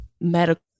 medical